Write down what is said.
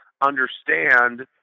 understand